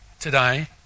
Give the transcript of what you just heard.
today